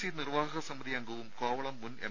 C നിർവ്വാഹക സമിതി അംഗവും കോവളം മുൻ എം